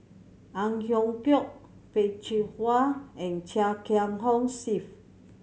Ang Hiong Chiok Peh Chin Hua and Chia Kiah Hong Steve